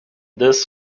this